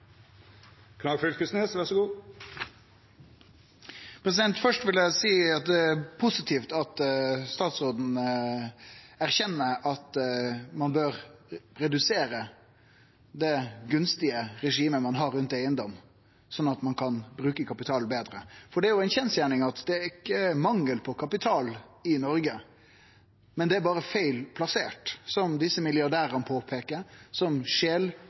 positivt at statsråden erkjenner at ein bør redusere det gunstige regimet ein har for eigedom, slik at ein kan bruke kapitalen betre. Det er ei kjensgjerning at det ikkje er mangel på kapital i Noreg, men han er berre feil plassert, slik som desse milliardærane påpeikar, som